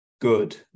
good